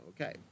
Okay